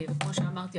כמו שאמרתי,